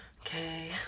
Okay